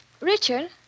Richard